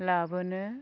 लाबोनो